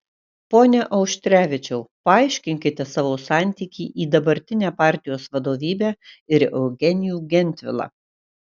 pone auštrevičiau paaiškinkite savo santykį į dabartinę partijos vadovybę ir eugenijų gentvilą